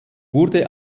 wurde